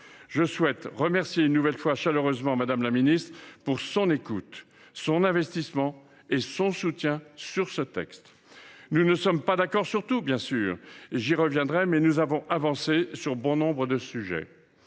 Je souhaite remercier une nouvelle fois chaleureusement Mme la ministre de son écoute, de son investissement et de son soutien sur ce texte. Bien sûr, nous ne sommes pas d’accord sur tout – j’y reviendrai –, mais nous avons avancé sur bon nombre de sujets.